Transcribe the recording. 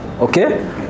okay